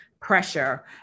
pressure